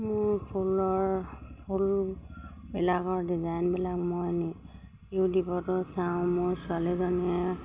মোৰ ফুলৰ ফুলবিলাকৰ ডিজাইনবিলাক মই নি ইউটিউবতো চাওঁ মোৰ ছোৱালীজনীয়ে